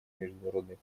международной